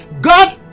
God